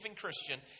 Christian